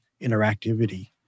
interactivity